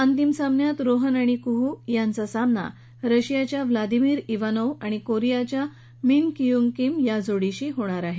अंतिम सामन्यात रोहन आणि कृह यांचा सामना रशियाच्या व्लादिमिर इवानोव आणि कोरीयाच्या मिन कियंग किम या जोडीशी होणार आहे